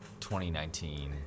2019